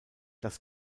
das